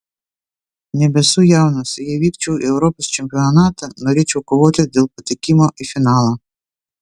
nebesu jaunas jei vykčiau į europos čempionatą norėčiau kovoti dėl patekimo į finalą